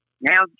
now